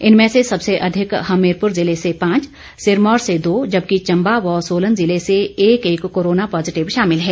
इनमें से सबसे अधिक हमीरपुर जिले से पांच सिरमौर से दो जबकि चंबा व सोलन जिले से एक एक कोरोना पॉजिटिव शामिल हैं